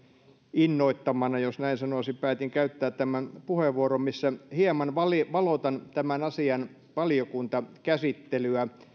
innoittamana jos näin sanoisin päätin käyttää tämän puheenvuoron missä hieman valotan tämän asian valiokuntakäsittelyä